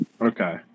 Okay